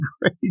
great